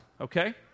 okay